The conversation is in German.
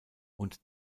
und